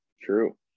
true